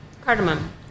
cardamom